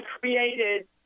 created